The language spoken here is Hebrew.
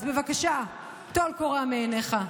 אז בבקשה, טול קורה מבין עיניך.